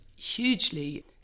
hugely